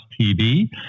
TV